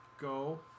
Go